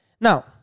Now